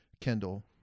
kendall